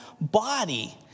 body